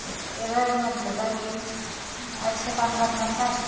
ते एह्दा एह् मतलब ऐ कि अच्छे कम्म करने आस्तै अच्छे